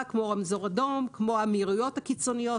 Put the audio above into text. כמו רמזור אדום וכמו המהירויות הקיצוניות.